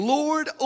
lord